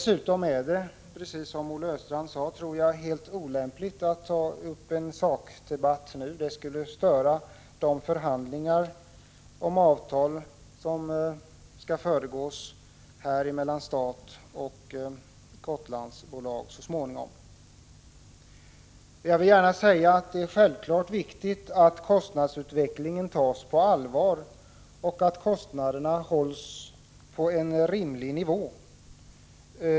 Som Olle Östrand sade är det olämpligt att nu ta upp en sakdebatt också av det skälet att det skulle störa de förhandlingar om avtal mellan staten och Gotlandsbolaget som så småningom skall föras. Jag vill gärna säga att det självfallet är viktigt att frågan om kostnadsutvecklingen tas på allvar och att kostnaderna hålls på en rimlig nivå.